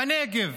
בנגב.